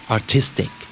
Artistic